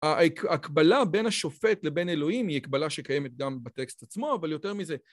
ההקבלה בין השופט לבין אלוהים היא הקבלה שקיימת גם בטקסט עצמו אבל יותר מזה